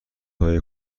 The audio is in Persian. های